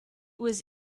was